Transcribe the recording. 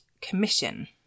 commission